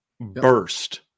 Burst